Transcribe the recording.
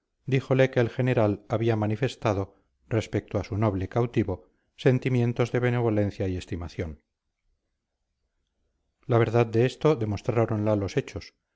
díjole que el general había manifestado respecto a su noble cautivo sentimientos de benevolencia y estimación la verdad de esto demostráronla los hechos